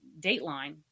Dateline